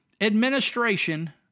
administration